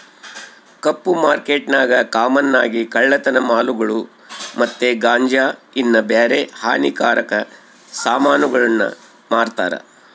ಕಪ್ಪು ಮಾರ್ಕೆಟ್ನಾಗ ಕಾಮನ್ ಆಗಿ ಕಳ್ಳತನ ಮಾಲುಗುಳು ಮತ್ತೆ ಗಾಂಜಾ ಇನ್ನ ಬ್ಯಾರೆ ಹಾನಿಕಾರಕ ಸಾಮಾನುಗುಳ್ನ ಮಾರ್ತಾರ